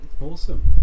Awesome